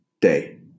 day